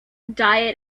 diet